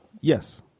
Yes